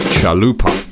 Chalupa